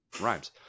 Rhymes